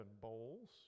bowls